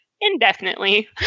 indefinitely